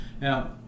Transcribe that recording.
Now